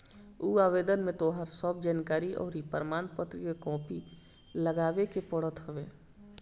उ आवेदन में तोहार सब जानकरी अउरी प्रमाण पत्र के कॉपी लगावे के पड़त हवे